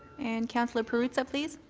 and councillor perruzza, please.